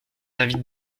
invite